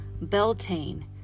Beltane